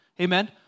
Amen